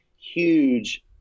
huge